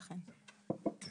כן.